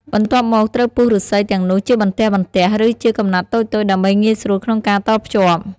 បន្ទាប់មកត្រូវពុះឬស្សីទាំងនោះជាបន្ទះៗ ឬជាកំណាត់តូចៗដើម្បីងាយស្រួលក្នុងការតភ្ជាប់។